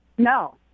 No